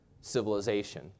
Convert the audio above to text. civilization